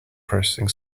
processing